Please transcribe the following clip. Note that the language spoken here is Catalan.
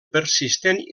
persistent